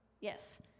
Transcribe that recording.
Yes